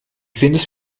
findest